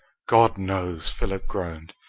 god knows! philip groaned.